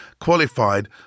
qualified